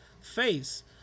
face